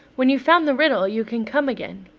when you've found the riddle, you can come again.